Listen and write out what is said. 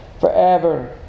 forever